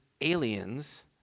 aliens